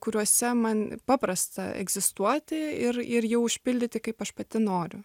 kuriuose man paprasta egzistuoti ir ir jau užpildyti kaip aš pati noriu